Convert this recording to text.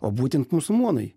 o būtent musulmonai